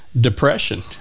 depression